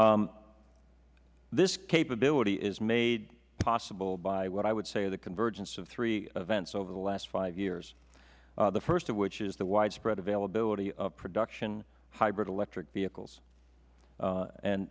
this capability is made possible by what i would say is the convergence of three events over the last five years the first of which is the widespread availability of production hybrid electric vehicles